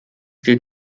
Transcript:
gilt